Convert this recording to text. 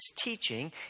teaching